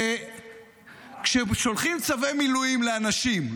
שכששולחים צווי מילואים לאנשים,